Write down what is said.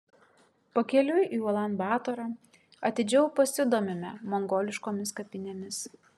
pakeliui į ulan batorą atidžiau pasidomime mongoliškomis kapinėmis